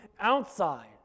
outside